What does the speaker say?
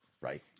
right